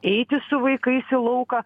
eiti su vaikais į lauką